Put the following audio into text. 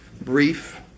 brief